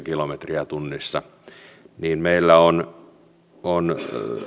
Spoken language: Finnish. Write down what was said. kilometriä tunnissa niin meillä on on